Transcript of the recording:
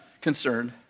concerned